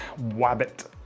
wabbit